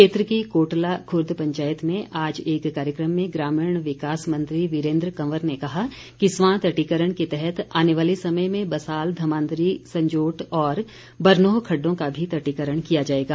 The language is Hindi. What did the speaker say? क्षेत्र की कोटला खुर्द पंचायत में आज एक कार्यक्रम में ग्रामीण विकास मंत्री वीरेन्द्र कंवर ने कहा कि स्वां तटीकरण के तहत आने वाले समय में बसाल धमांदरी संजोट और बरनोह खड्डों का भी तटीकरण किया जाएगा